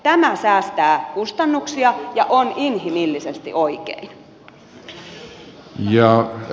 tämä säästää kustannuksia ja on inhimillisesti oikein